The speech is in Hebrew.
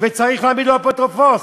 וצריך להעמיד לו אפוטרופוס.